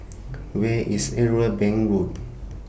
Where IS Irwell Bank Road